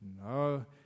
no